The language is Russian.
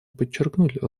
подчеркнуть